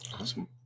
Awesome